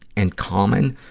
and common,